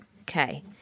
Okay